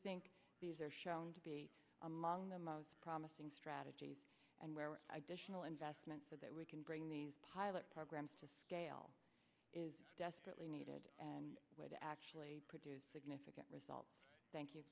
think these are shown to be among the most promising strategies and where additional investments that we can bring the pilot programs to scale is desperately needed and where to actually produce significant results thank you